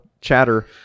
chatter